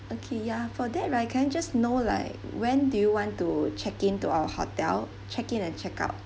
okay ya for that right can I just know like when do you want to check in to our hotel check in and check out